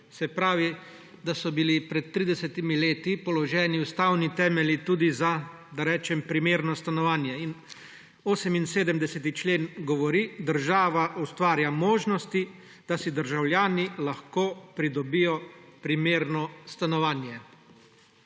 se pravi, da so bili pred tridesetimi leti položeni ustavni temelji tudi za, da rečem, primerno stanovanje. In 78. člen govori: »Država ustvarja možnosti, da si državljani lahko pridobijo primerno stanovanje.«